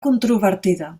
controvertida